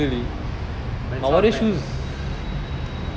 but it's not bad